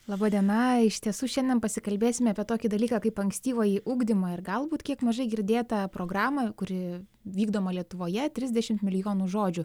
laba diena iš tiesų šiandien pasikalbėsime apie tokį dalyką kaip ankstyvąjį ugdymą ir galbūt kiek mažai girdėtą programą kuri vykdoma lietuvoje trisdešim milijonų žodžių